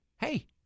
hey